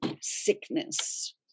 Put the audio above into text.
sickness